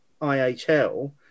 IHL